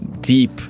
deep